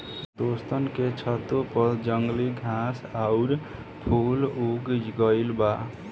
दोस्तन के छतों पर जंगली घास आउर फूल उग गइल बा